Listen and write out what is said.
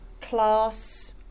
class